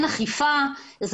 החוק הזה